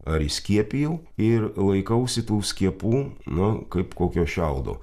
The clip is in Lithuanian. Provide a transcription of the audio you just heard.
ar įskiepijau ir laikausi tų skiepų nu kaip kokio šiaudo